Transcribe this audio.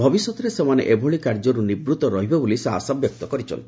ଭବିଷ୍ୟତରେ ସେମାନେ ଏଭଳି କାର୍ଯ୍ୟରୁ ନିବୃତ ରହିବେ ବୋଲି ସେ ଆଶା ବ୍ୟକ୍ତ କରିଛନ୍ତି